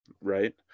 right